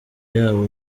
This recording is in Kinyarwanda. yabo